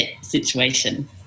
situation